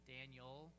Daniel